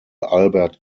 albert